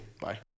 Bye